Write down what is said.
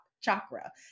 chakra